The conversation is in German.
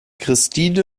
christine